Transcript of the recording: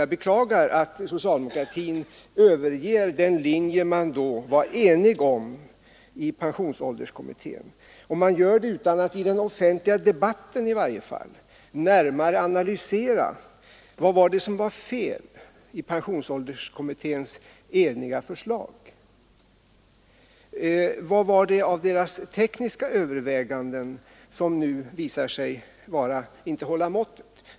Jag beklagar att socialdemokraterna nu överger den linje som pensionsålderskommitténs ledamöter så sent som för några månader sedan var ense om. Och man gör det utan att i den offentliga debatten i varje fall närmare analysera vad som var fel i pensionsålderskommitténs enhälliga förslag. Vilka av dess tekniska överväganden är det som nu visat sig inte hålla måttet?